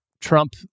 Trump